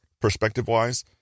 perspective-wise